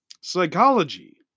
Psychology